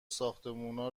ساختمونا